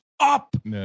Up